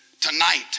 Tonight